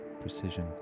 precision